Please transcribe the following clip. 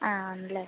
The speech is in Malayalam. ആ ആണല്ലേ